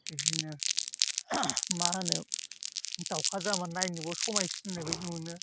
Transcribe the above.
बिदिनो मा होनो दाउखाजाना नायनोबो समायसिननाय मोनो